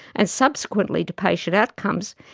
and subsequently to patient outcomes,